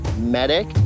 medic